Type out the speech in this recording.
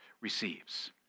receives